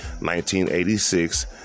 1986